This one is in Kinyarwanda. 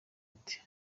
ati